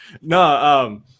No